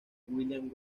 william